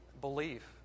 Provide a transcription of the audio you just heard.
belief